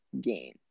game